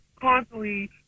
constantly